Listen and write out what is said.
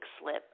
slip